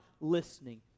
listening